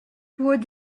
toward